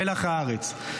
מלח הארץ,